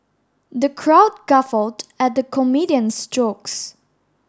the crowd guffawed at the comedian's jokes